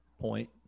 point